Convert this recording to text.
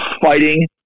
fighting